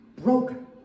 broken